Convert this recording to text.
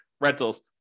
rentals